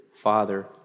Father